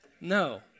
No